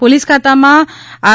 police ખાતામાં R